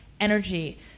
energy